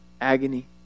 Agony